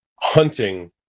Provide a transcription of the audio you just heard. Hunting